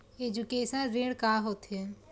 Education ऋण का होथे?